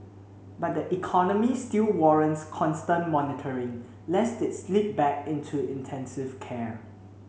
but the economy still warrants constant monitoring lest it slip back into intensive care